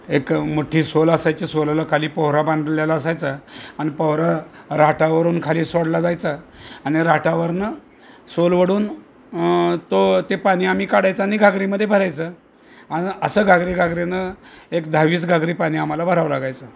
एक मोठ्ठी सोल असायची सोलाला खाली पोहरा बांधलेला असायचा आणि पोहरा राहटावरून खाली सोडला जायचां आणि राहटावरून सोलवडून तो ते पाणी आम्ही काढायचं आणि घागरीमध्ये भरायचं आणि असं घागरीे घागरीनं एक दहावीस घागरी पाणी आम्हाला भरावं लागायचं